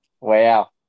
Wow